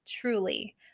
Truly